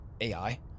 AI